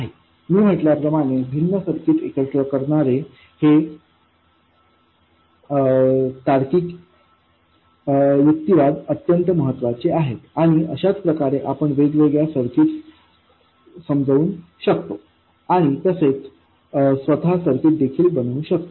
मी म्हटल्याप्रमाणे भिन्न सर्किट एकत्र करणारे हे तार्किक युक्तिवाद अत्यंत महत्वाचे आहेत आणि अशाच प्रकारे आपण वेगवेगळे सर्किट्स समजू शकतो आणि तसेच स्वतःच सर्किट देखील बनवू शकता